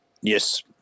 Yes